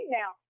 now